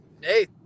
Hey